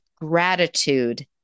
gratitude